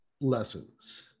lessons